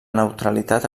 neutralitat